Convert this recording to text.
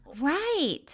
Right